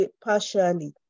partially